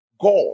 God